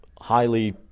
highly